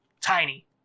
Tiny